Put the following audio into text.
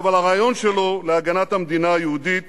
על הרעיון שלו להגנת המדינה היהודית